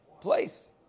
place